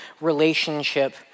relationship